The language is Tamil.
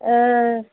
ஆ ஆ